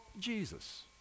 Jesus